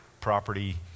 property